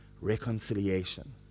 reconciliation